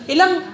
Ilang